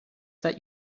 that